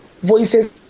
voices